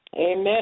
Amen